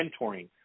mentoring